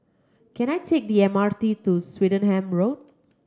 can I take the M R T to Swettenham Road